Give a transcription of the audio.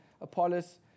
Apollos